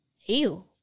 ew